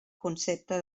concepte